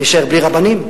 נישאר בלי רבנים?